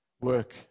work